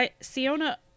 Siona